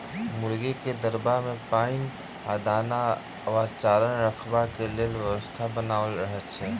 मुर्गीक दरबा मे पाइन आ दाना वा चारा रखबाक लेल व्यवस्था बनाओल रहैत छै